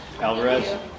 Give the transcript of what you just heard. Alvarez